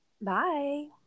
Bye